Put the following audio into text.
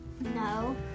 no